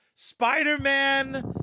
Spider-Man